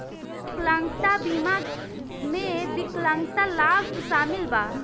विकलांगता बीमा में विकलांगता लाभ शामिल बा